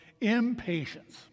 impatience